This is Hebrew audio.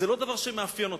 זה לא דבר שמאפיין אותם.